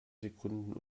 sekunden